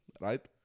Right